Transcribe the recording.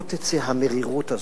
לא תצא המרירות הזאת,